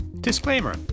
disclaimer